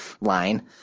line